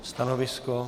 Stanovisko?